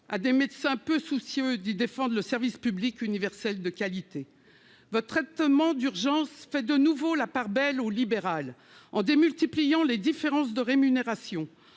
à des médecins peu soucieux d'y défendre un service public universel de qualité ». Votre traitement d'urgence fait de nouveau la part belle au libéral en multipliant les différences de rémunération